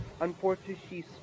unfortunately